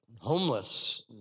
homeless